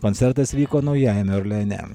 koncertas vyko naujajame orleane